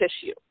tissue